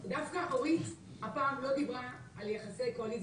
דווקא אורית סטרוק הפעם לא דיברה על יחסי קואליציה-אופוזיציה,